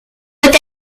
peut